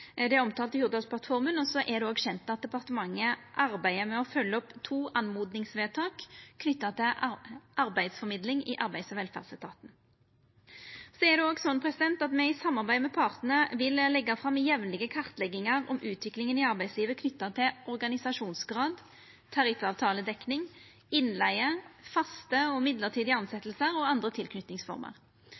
Det er omtalt i Hurdalsplattforma, og det er òg kjent at departementet arbeider med å følgje opp to oppmodingsvedtak knytte til arbeidsformidling i arbeids- og velferdsetaten. Så vil me i samarbeid med partane leggja fram jamlege kartleggingar om utviklinga i arbeidslivet knytt til organisasjonsgrad, tariffavtaledekning, innleige, faste og mellombelse tilsetjingar og andre